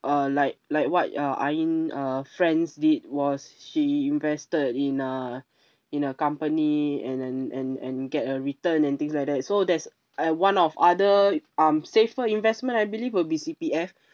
uh like like what uh ain uh friends did was she invested in a in a company and and and and get a return and things like that so there's I one of other um safer investment I believe will be C_P_F